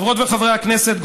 חברות וחברי הכנסת,